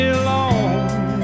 alone